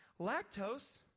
lactose